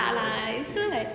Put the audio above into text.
tak lah it's so like